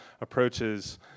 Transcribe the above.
approaches